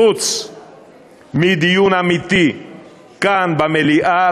חוץ מדיון אמיתי כאן במליאה,